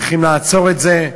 צריכים לעצור את זה,